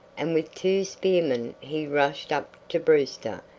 and with two spearmen he rushed up to brewster,